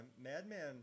Madman